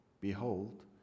Behold